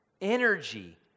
energy